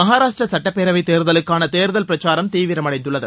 மகாராஷ்ட்ரா சுட்டப்பேரவை தேர்தலுக்கான தேர்தல் பிரச்சாரம் தீவிரமடந்துள்ளது